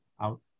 out